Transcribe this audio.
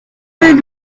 rue